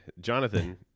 Jonathan